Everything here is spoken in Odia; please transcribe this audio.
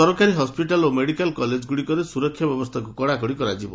ସରକାରୀ ହସ୍ୱିଟାଲ ଓ ମେଡିକାଲ କଲେଜଗୁଡ଼ିକରେ ସ୍ୱରକ୍ଷା ବ୍ୟବସ୍ଚାକୁ କଡ଼ାକଡ଼ି କରାଯିବ